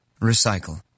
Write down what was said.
Recycle